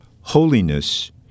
Holiness